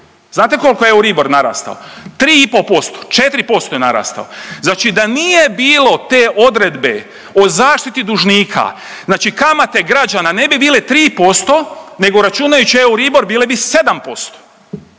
Znate kolko je Euribor narastao? 3,5% 4% je narastao. Znači da nije bilo te odredbe o zaštiti dužnika, znači kamate građana ne bi bile 3% nego računajući Euribor bile bi 7%.